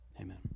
Amen